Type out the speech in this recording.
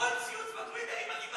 כל ציוץ בטוויטר, היא מגיבה.